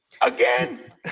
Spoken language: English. again